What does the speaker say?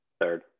Third